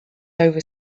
over